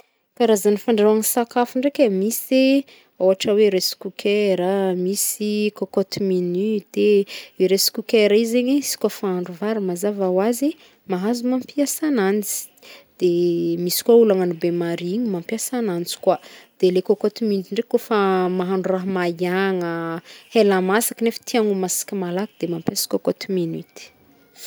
Karazagny fandrahoagny sakafo ndraiky e, misy ôhatra hoe rice cooker a, misy cocote minute e, rice cooker igny zegny, izy kaofa ahandro vary mahazo mampiasa agnanjy, de misy koa ôlo agnagno bain marie ign mampiasa agnanjy koa, de le cocote minute ndraiky kaofa mahandro raha mahiagna, hela masaka nefa tiàgna ho masaky malaky de mampiasa cocote minute.